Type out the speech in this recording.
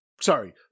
Sorry